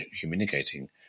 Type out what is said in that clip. communicating